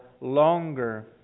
longer